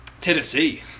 Tennessee